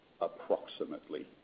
approximately